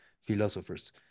philosophers